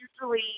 usually